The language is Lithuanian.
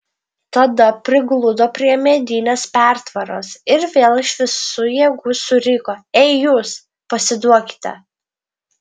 tada prigludo prie medinės pertvaros ir vėl iš visų jėgų suriko ei jūs pasiduokite